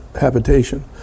habitation